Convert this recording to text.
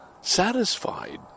satisfied